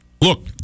Look